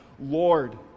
Lord